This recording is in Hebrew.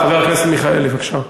חבר הכנסת מיכאלי, בבקשה.